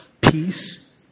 peace